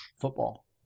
football